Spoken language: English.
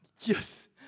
yes